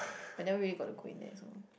but never really got to go in there so